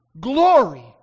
Glory